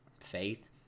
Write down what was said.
faith